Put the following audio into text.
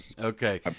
Okay